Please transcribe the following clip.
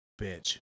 bitch